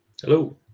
Hello